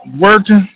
working